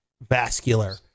Vascular